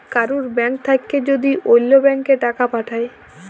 কারুর ব্যাঙ্ক থাক্যে যদি ওল্য ব্যাংকে টাকা পাঠায়